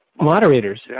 moderators